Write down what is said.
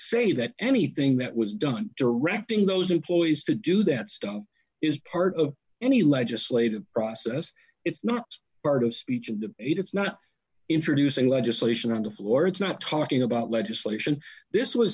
say that anything that was done directing those employees to do that stuff is part of any legislative process it's not part of speech and it's not introducing legislation on the floor it's not talking about legislation this was